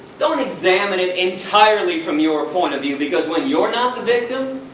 don't examine it entirely from your point of view because when you're not the victim,